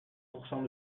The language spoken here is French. pourcent